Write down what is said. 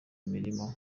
imirimo